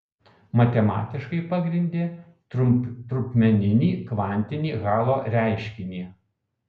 matematiškai pagrindė trupmeninį kvantinį hallo reiškinį